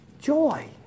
joy